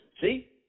See